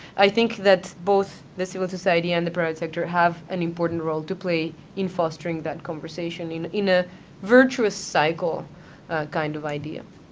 i think that both the civil society and the private sector have an important role to play in fostering that conversation, in in a virtuous cycle kind of idea.